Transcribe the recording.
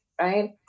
right